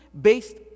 based